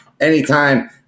anytime